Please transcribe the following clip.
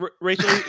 rachel